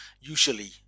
usually